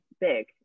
big